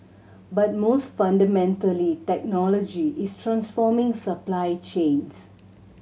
but most fundamentally technology is transforming supply chains